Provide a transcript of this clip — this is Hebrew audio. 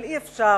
אבל אי-אפשר